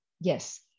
Yes